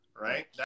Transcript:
right